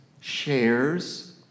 shares